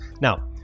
now